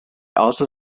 also